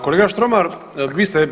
Kolega Štromar vi ste